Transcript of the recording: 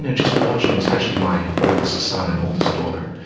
you know just watching especially my oldest son and oldest daughter,